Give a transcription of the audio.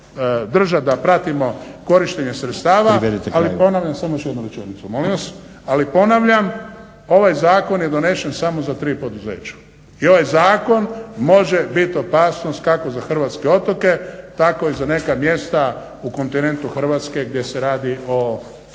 držat da pratimo korištenje sredstava, ali ponavljam ovaj zakon je donesen samo za tri poduzeća i ovaj zakon može biti opasnost kako za hrvatske otoke tako i za neka mjesta u kontinentalnu Hrvatske gdje se radi o